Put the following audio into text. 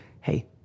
hey